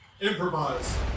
Improvise